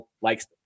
likes